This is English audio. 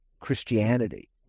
Christianity